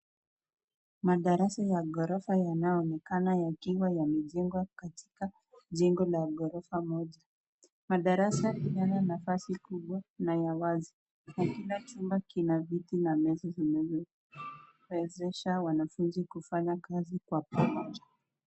Madarasa ya ghorofa yanayoonekana yakiwa yamejengwa katika jengo la ghorofa pamoja, madarasa yana nafasi kubwa na ya wazi na kila chumba kina viti na meza zinazowezesha wanafunzi kufanya kazi kwa pamoja.